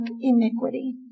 iniquity